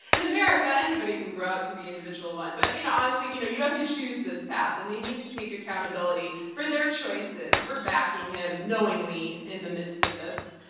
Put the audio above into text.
and america anyone can grow up to be individual one, but you know honestly you know you have to choose this path, and they need to take accountability for their choices, for backing him knowingly in the midst of this.